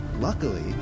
Luckily